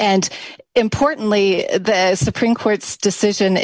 and importantly the supreme court's decision